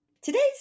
Today's